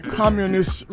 communist